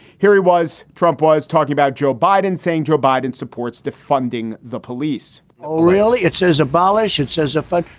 here he was. trump was talking about joe biden saying joe biden supports defunding the police o'reilly, it says abolish it, says a fuck.